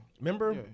Remember